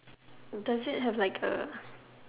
does it have like A